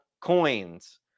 coins